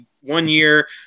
one-year